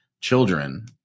children